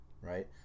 right